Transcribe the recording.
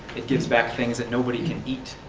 it gives back things that nobody can eat.